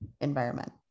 environment